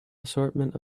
assortment